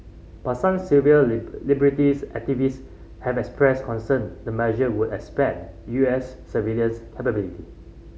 but some civil liberties activist have expressed concern the measure would expand U S surveillance capability